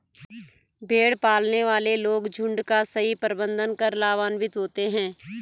भेड़ पालने वाले लोग झुंड का सही प्रबंधन कर लाभान्वित होते हैं